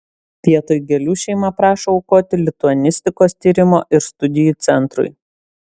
vietoj gėlių šeima prašo aukoti lituanistikos tyrimo ir studijų centrui